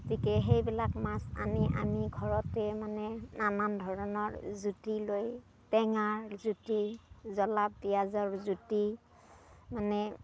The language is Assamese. গতিকে সেইবিলাক মাছ আনি আমি ঘৰতে মানে নানান ধৰণৰ জুতি লৈ টেঙাৰ জুতি জ্বলা পিয়াজৰ জুতি মানে